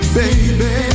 baby